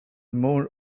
more